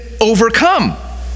overcome